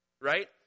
right